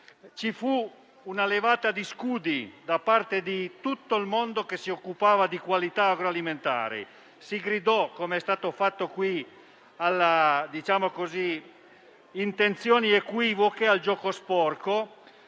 ci fu una levata di scudi da parte di tutto il mondo che si occupa di qualità agroalimentare. Si gridò, com'è stato fatto qui, a intenzioni equivoche e al gioco sporco,